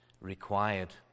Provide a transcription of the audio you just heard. required